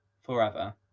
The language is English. forever